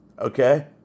Okay